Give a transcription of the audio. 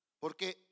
Porque